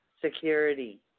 security